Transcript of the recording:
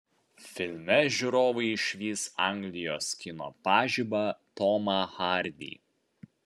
filme žiūrovai išvys anglijos kino pažibą tomą hardy